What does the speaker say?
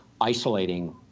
isolating